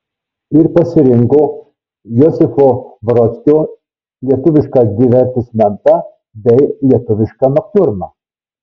ir pasirinko josifo brodskio lietuvišką divertismentą bei lietuvišką noktiurną